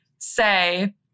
say